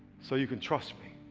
so you can trust me.